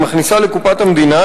היא מכניסה לקופת המדינה,